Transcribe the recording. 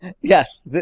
Yes